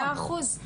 מאה אחוז.